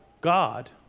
God